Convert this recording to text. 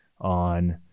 on